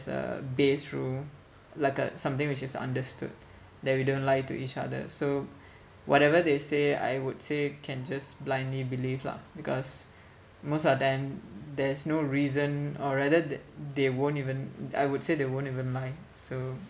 a base rule like a something which is understood that we don't lie to each other so whatever they say I would say can just blindly believe lah because most of the time there's no reason or rather that they won't even I would say they won't even lie so